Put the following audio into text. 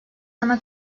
ana